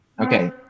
Okay